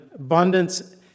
abundance